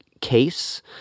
case